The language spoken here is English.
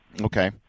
Okay